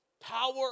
power